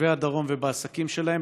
בתושבי הדרום ובעסקים שלהם,